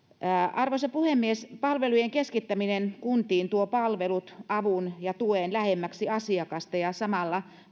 arvoisa puhemies palvelujen keskittäminen kuntiin tuo palvelut avun ja tuen lähemmäksi asiakasta ja samalla